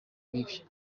bibi